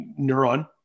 neuron